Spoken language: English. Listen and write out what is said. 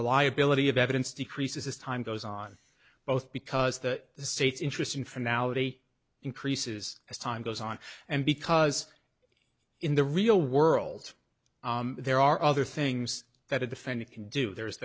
reliability of evidence decreases as time goes on both because the state's interest in finale increases as time goes on and because in the real world there are other things that a defendant can do there